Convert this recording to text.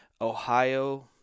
Ohio